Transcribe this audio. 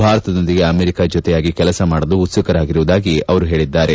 ಭಾರತದೊಂದಿಗೆ ಅಮೆರಿಕ ಜೊತೆಯಾಗಿ ಕೆಲಸ ಮಾಡಲು ಉತ್ಸುಕರಾಗಿರುವುದಾಗಿ ಅವರು ತಿಳಿಸಿದ್ದಾರೆ